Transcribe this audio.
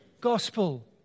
gospel